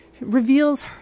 reveals